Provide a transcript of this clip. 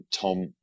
Tom